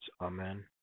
Amen